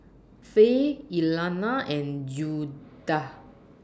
Fay Elana and Judah